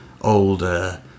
older